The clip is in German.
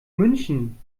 münchen